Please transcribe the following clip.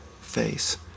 face